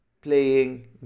playing